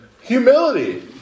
Humility